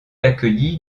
accueilli